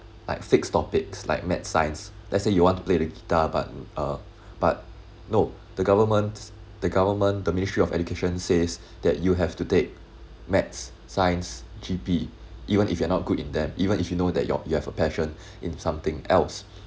like fixed topics like math science let's say you want to play the guitar but uh but no the governments the government the ministry of education says that you have to take maths science G_P even if you're not good in them even if you know that you you have a passion in something else